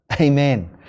Amen